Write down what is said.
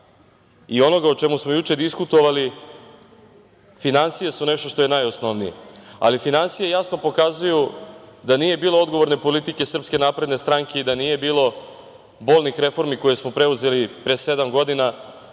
i onoga o čemu smo juče diskutovali, finansije su nešto što je najosnovnije, ali finansije jasno pokazuju da nije bilo odgovorne politike Srpske napredne stranke i da nije bilo bolnih reformi koje smo preuzeli pre sedam godina,